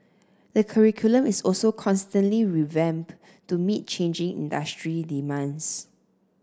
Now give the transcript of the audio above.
the curriculum is also constantly revamped to meet changing industry demands